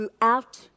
throughout